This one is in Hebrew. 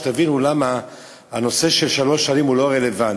שתבינו למה הנושא של שלוש שנים הוא לא רלוונטי,